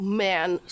man